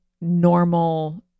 normal